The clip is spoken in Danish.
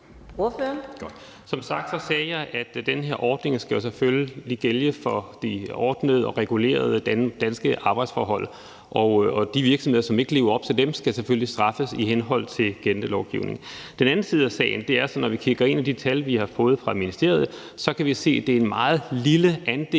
(M): Som sagt skal den her ordning selvfølgelig gælde for de ordnede og regulerede danske arbejdsforhold, og de virksomheder, som ikke lever op til dem, skal selvfølgelig straffes i henhold til gældende lovgivning. Den anden side af sagen er så, at når vi kigger ind i de tal, vi har fået fra ministeriet, så kan vi se, at det er en meget lille andel,